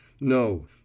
No